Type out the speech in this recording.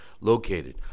located